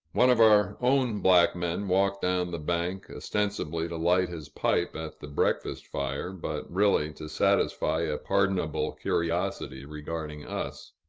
one of our own black men walked down the bank, ostensibly to light his pipe at the breakfast fire, but really to satisfy a pardonable curiosity regarding us.